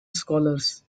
scholars